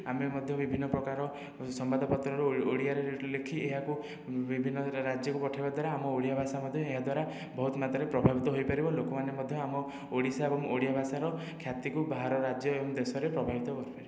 ଆମେ ମଧ୍ୟ ବିଭିନ୍ନ ପ୍ରକାରର ସମ୍ବାଦପତ୍ରରୁ ଓଡ଼ିଆରେ ଲେଖି ଏହାକୁ ବିଭିନ୍ନ ରାଜ୍ୟକୁ ପଠାଇବା ଦ୍ୱାରା ଆମ ଓଡ଼ିଆଭାଷା ମଧ୍ୟ ଏହାଦ୍ୱାରା ବହୁତମାତ୍ରାରେ ପ୍ରଭାବିତ ହୋଇପାରିବ ଲୋକମାନେ ମଧ୍ୟ ଆମ ଓଡ଼ିଶା ଏବଂ ଓଡ଼ିଆଭାଷାର ଖ୍ୟାତିକୁ ବାହାର ରାଜ୍ୟ ଏବଂ ଦେଶରେ ପ୍ରଭାବିତ କରିପାରିବେ